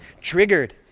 Triggered